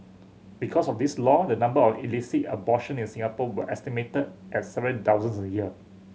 because of this law the number of illicit abortion in Singapore were estimated at several thousands a year